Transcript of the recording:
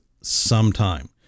sometime